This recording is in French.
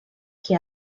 qui